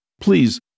Please